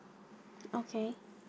okay